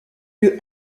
lieu